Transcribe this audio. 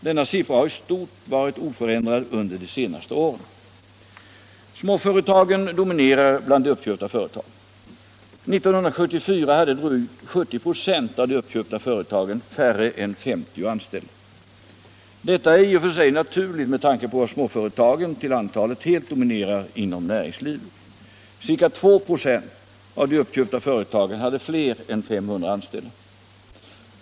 Denna siffra har i stort varit oförändrad under de senaste åren. Småföretagen dominerar bland de uppköpta företagen. År 1974 hade drygt 70 96 av de uppköpta företagen färre än 50 anställda. Detta är i och för sig naturligt med tanke på att småföretagen till antalet helt dominerar inom näringslivet. Ca 2 96 av de uppköpta företagen hade fler än 500 anställda.